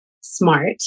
smart